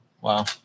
Wow